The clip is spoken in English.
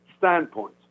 standpoint